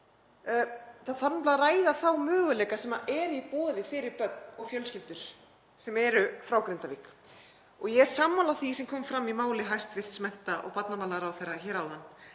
Það þarf að ræða þá möguleika sem eru í boði fyrir börn og fjölskyldur sem eru frá Grindavík. Ég er sammála því sem kom fram í máli hæstv. mennta- og barnamálaráðherra hér áðan,